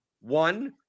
One